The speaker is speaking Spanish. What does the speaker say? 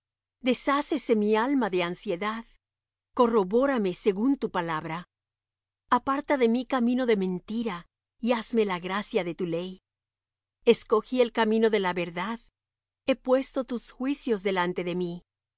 maravillas deshácese mi alma de ansiedad corrobórame según tu palabra aparta de mí camino de mentira y hazme la gracia de tu ley escogí el camino de la verdad he puesto tus juicios delante de mí